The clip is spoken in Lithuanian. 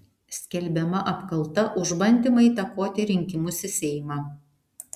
skelbiama apkalta už bandymą įtakoti rinkimus į seimą